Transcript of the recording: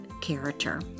character